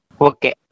okay